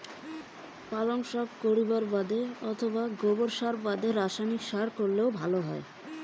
পালং শাক করিবার বাদে গোবর ছাড়া আর কি সার প্রয়োগ করিলে ভালো হবে?